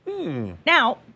Now